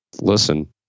listen